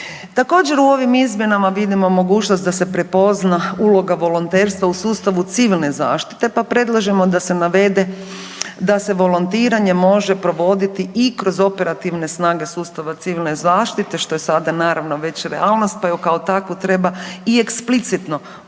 Također u ovim izmjenama vidimo mogućnost da se prepozna uloga volonterstva u sustavu civilne zaštite pa predlažemo da se navede da se volontiranje može provoditi i kroz operativne snage sustava civilne zaštite što je sada naravno već realnost pa ju kao takvu treba i eksplicitno ugraditi